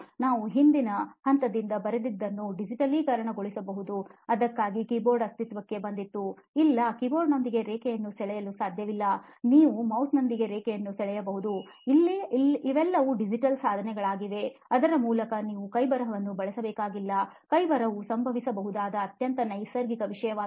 ನಾವು ಹಿಂದಿನ ಹಂತದಲ್ಲಿ ಬರೆದಿದ್ದನ್ನು ಡಿಜಿಟಲೀಕರಣಗೊಳಿಸಬಹುದು ಅದಕ್ಕಾಗಿ ಕೀಬೋರ್ಡ್ ಅಸ್ತಿತ್ವಕ್ಕೆ ಬಂದಿತುಇಲ್ಲ ಕೀಬೋರ್ಡ್ನೊಂದಿಗೆ ರೇಖೆಯನ್ನು ಸೆಳೆಯಲು ಸಾಧ್ಯವಿಲ್ಲನೀವು ಮೌಸ್ನೊಂದಿಗೆ ರೇಖೆಯನ್ನು ಸೆಳೆಯಬಹುದು ಇವೆಲ್ಲವೂ ಡಿಜಿಟಲ್ ಸಾಧನಗಳಾಗಿವೆ ಅದರ ಮೂಲಕ ನೀವು ಕೈಬರಹವನ್ನು ಬಳಸಬೇಕಾಗಿಲ್ಲಕೈಬರಹವು ಸಂಭವಿಸಬಹುದಾದ ಅತ್ಯಂತ ನೈಸರ್ಗಿಕ ವಿಷಯವಾಗಿದೆ